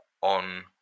on